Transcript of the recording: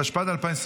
התשפ"ד 2024,